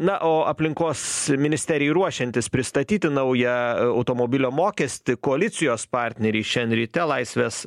na o aplinkos ministerijai ruošiantis pristatyti naują automobilio mokestį koalicijos partneriai šiandien ryte laisvės